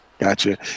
Gotcha